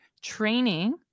training